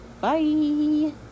Bye